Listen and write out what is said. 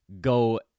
go